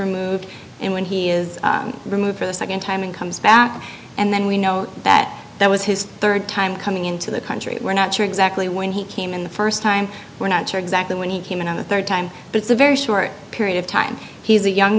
removed and when he is removed for the nd time and comes back and then we know that that was his rd time coming into the country we're not sure exactly when he came in the st time we're not sure exactly when he came in on the rd time but it's a very short period of time he's a young